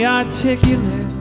articulate